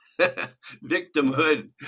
victimhood